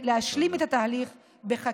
להשלים את התהליך של החקיקה.